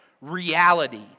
reality